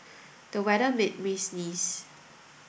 the weather made me sneeze